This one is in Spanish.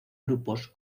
grupos